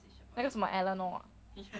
那个什么 eleanor ah